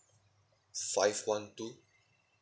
five one two